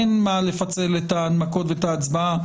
אין מה לפצל את ההנמקות ואת ההצבעה.